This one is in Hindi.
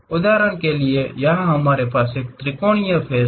उदाहरण के लिए यहां हमारे पास एक त्रिकोणीय फ़ेस है